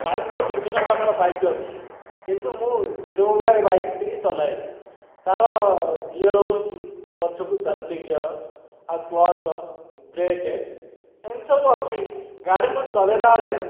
bike ତ ବିଭିନ୍ନ ପ୍ରକାର ବାଇକ ଅଛି କିନ୍ତୁ ମୁଁ ହିରୋ ହୋଣ୍ଡା ବାଇକଟିକୁ ଚଲାଏ ତା'ର ଗିୟର ହେଉଛି ପଛକୁ ଚାରୋଟି ଗିଅର ଆଉ କ୍ଳଚ ବ୍ରେକ ଏମିତି ସବୁ ଅଛି ଗାଡ଼ି ମୁଁ ଚଲାଇଲା ବେଳେ